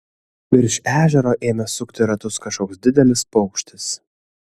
virš ežero ėmė sukti ratus kažkoks didelis paukštis